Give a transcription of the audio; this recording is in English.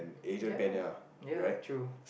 ya ya true